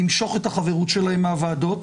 למשוך את החברות שלהם מהוועדות,